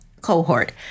cohort